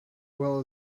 well